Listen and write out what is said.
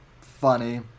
funny